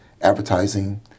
advertising